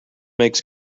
makes